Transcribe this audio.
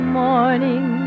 morning